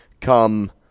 come